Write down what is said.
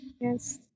Yes